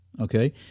okay